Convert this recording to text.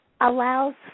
allows